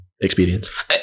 experience